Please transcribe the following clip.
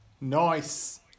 Nice